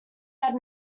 had